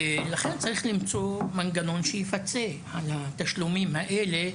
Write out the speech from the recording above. לכן צריך למצוא מנגנון שיפצה על התשלומים האלה,